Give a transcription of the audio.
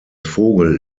vogel